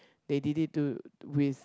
they did it to with